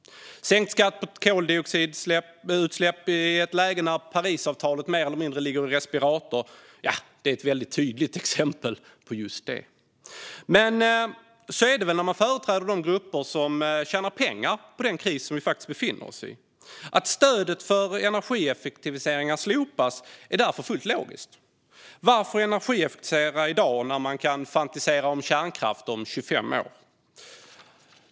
Sänkt skatt på koldioxidutsläpp i ett läge där Parisavtalet mer eller mindre ligger i respirator är ett väldigt tydligt exempel på just det. Men så är det väl när man företräder de grupper som tjänar pengar på den kris vi befinner oss i. Att stödet för energieffektiviseringar slopas är därför fullt logiskt. Varför energieffektivisera i dag när man kan fantisera om kärnkraft om 25 år?